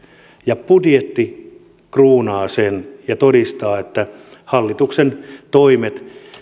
ja budjetti kruunaa sen ja todistaa että hallituksen toimet